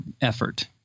effort